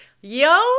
Yo